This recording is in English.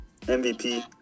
mvp